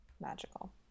magical